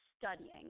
Studying